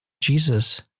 Jesus